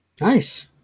Nice